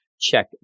Check